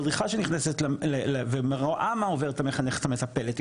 המדריכה שנכנסת ורואה מה עוברת המחנכת המטפלת,